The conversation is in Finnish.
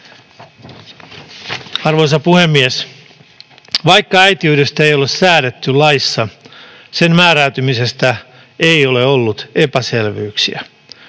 Arvoisa puhemies! Vaikka äitiydestä ei ole säädetty laissa, sen määräytymisestä ei ole ollut epäselvyyksiä.